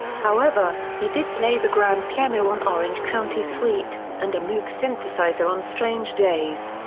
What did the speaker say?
however, he did play the grand piano on orange county suite and a moog synthesizer on strange days.